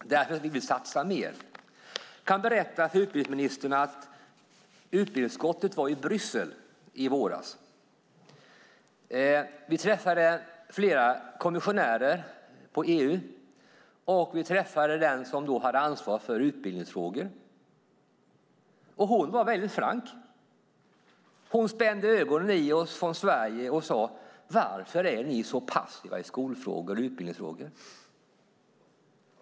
Därför vill vi satsa mer. Jag kan berätta för utbildningsministern att utbildningsutskottet var i Bryssel i våras. Vi träffade flera kommissionärer i EU, och vi träffade den som då hade ansvar för utbildningsfrågor. Hon var väldigt frank. Hon spände ögonen i oss från Sverige och sade: Varför är ni så passiva i skolfrågor och utbildningsfrågor?